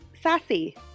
Sassy